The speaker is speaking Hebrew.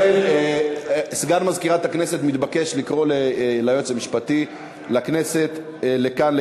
סגן מזכירת הכנסת מתבקש לקרוא ליועץ המשפטי לכנסת לכאן,